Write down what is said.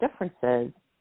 differences